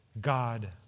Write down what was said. God